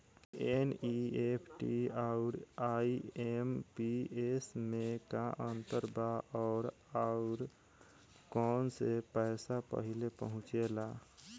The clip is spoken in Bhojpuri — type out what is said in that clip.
एन.ई.एफ.टी आउर आई.एम.पी.एस मे का अंतर बा और आउर कौना से पैसा पहिले पहुंचेला?